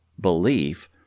belief